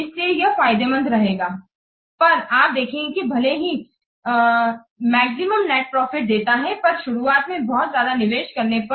इसीलिए यह फायदेमंद रहेगा पर आप देखेंगे कि भले ही है मैक्सिमम नेट प्रॉफिट देता है पर शुरुआत में बहुत ज्यादा निवेश करने पर